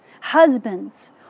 Husbands